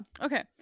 Okay